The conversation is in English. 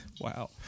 Wow